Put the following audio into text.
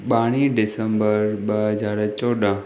ॿारहीं डिसंबर ॿ हज़ार चोॾहं